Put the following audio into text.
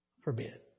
forbid